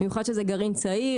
במיוחד כשזה גרעין צעיר,